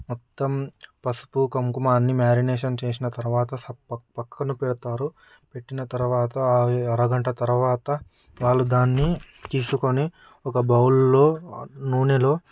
మొత్తం పసుపు కుంకుమ మ్యారినేషన్ చేసిన తర్వాత పక్కన పెడతారు పెట్టిన తర్వాత అరగంట తర్వాత వాళ్లు దాన్ని తీసుకొని ఒక బౌల్లో నూనెలో